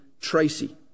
Tracy